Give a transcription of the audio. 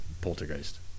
poltergeist